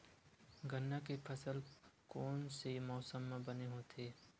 गन्ना के फसल कोन से मौसम म बने होथे?